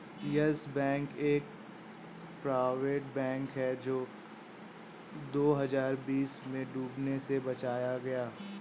yes Bank एक private bank है जो दो हज़ार बीस में डूबने से बचाया गया